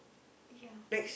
ya